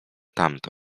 tamto